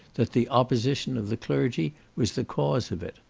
that the opposition of the clergy was the cause of it.